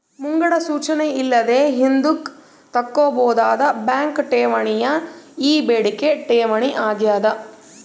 ಮುಂಗಡ ಸೂಚನೆ ಇಲ್ಲದೆ ಹಿಂದುಕ್ ತಕ್ಕಂಬೋದಾದ ಬ್ಯಾಂಕ್ ಠೇವಣಿಯೇ ಈ ಬೇಡಿಕೆ ಠೇವಣಿ ಆಗ್ಯಾದ